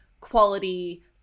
Quality